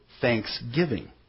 thanksgiving